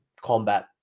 Combat